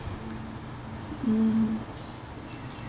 mm